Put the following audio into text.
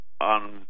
on